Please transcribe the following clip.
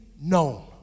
known